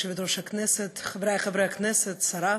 גברתי היושבת-ראש, חברי חברי הכנסת, השרה,